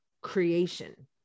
creation